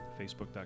Facebook.com